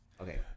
Okay